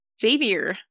Xavier